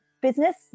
business